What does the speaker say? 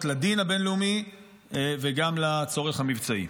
לדין הבין-לאומי וגם לצורך המבצעי.